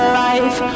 life